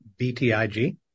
BTIG